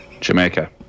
Jamaica